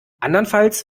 andernfalls